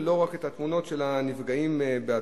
ולא רק את התמונות של הנפגעים עצמם.